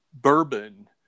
bourbon